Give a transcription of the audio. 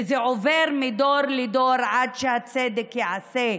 וזה עובר מדור לדור עד שהצדק ייעשה,